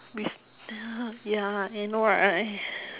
it's ya ya I know right